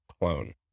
clone